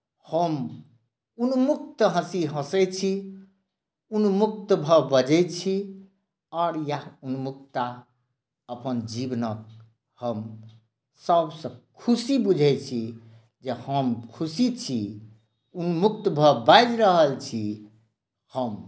हम उन्मुक्त हँसी हँसैत छी उन्मुक्त भऽ बजैत छी आओर इएह उन्मुक्तता अपन जीवनक हम सभसँ खुशी बुझैत छी जे हम खुशी छी उन्मुक्त भऽ बाजि रहल छी हम